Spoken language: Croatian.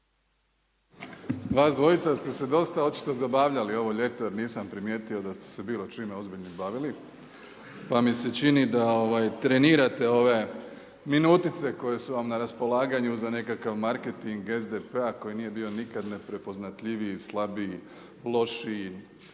Vas dvojca ste se dosta očito zabavljali ovo ljeto jer nisam primijetio da ste se bilo čime ozbiljnim bavili pa mi se čini da trenirate ove minutice koje su vam na raspolaganju za nekakav marketing SDP-a koji nije bio nikad neprepoznatljiviji, slabiji, lošiji,